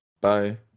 Bye